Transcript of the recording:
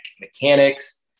mechanics